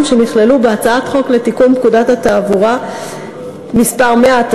שנכללו בהצעת חוק לתיקון פקודת התעבורה (מס' 100),